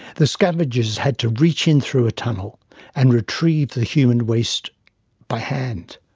the scavengers had to reach in through a tunnel and retrieve the human waste by hand.